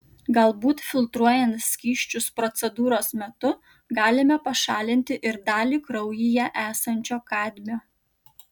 galbūt filtruojant skysčius procedūros metu galime pašalinti ir dalį kraujyje esančio kadmio